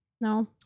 No